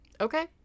Okay